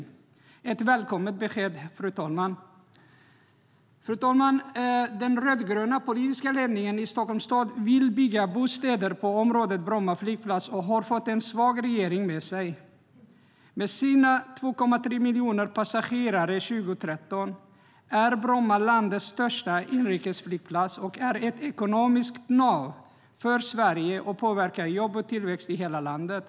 Det är ett välkommet besked. Fru talman! Den rödgröna politiska ledningen i Stockholm stad vill bygga bostäder på området Bromma flygplats och har fått en svag regering med sig. Med sina 2,3 miljoner passagerare 2013 är Bromma landets största inrikesflygplats. Den är ett ekonomiskt nav för Sverige och påverkar jobb och tillväxt i hela landet.